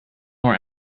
more